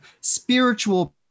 spiritual